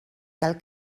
cal